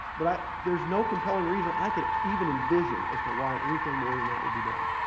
but i there's no compelling reason i could even envision as to why anything more than that would be done.